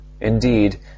Indeed